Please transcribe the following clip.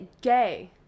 gay